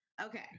Okay